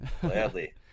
gladly